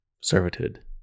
servitude